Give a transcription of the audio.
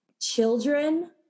Children